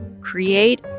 create